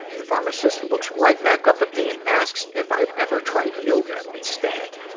the pharmacist looks right back up at me and asks if i've ever tried yoga instead.